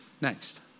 Next